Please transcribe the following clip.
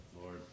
Lord